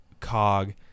cog